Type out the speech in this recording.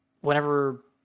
whenever